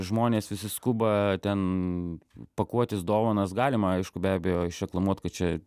žmonės visi skuba ten pakuotis dovanas galima aišku be abejo išreklamuot kad čia